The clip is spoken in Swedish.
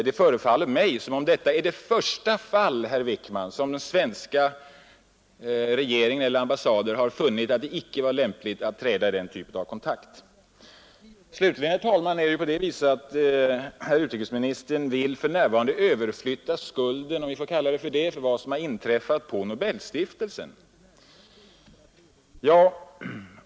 Det förefaller mig som om detta är det första fall, herr Wickman, där svenska regeringen eller en svensk ambassad har funnit att det inte var lämpligt att träda i den typen av kontakt. Slutligen, herr talman, vill utrikesministern för närvarande överflytta skulden — om vi får kalla det så — för vad som har inträffat på Nobelstiftelsen.